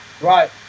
Right